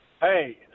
Hey